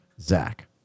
Zach